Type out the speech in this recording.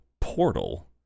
Portal